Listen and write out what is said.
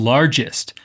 Largest